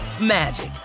magic